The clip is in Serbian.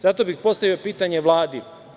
Zato bih postavio pitanje Vladi.